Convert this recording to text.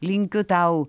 linkiu tau